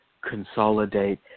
consolidate